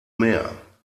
mehr